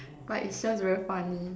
but it's just very funny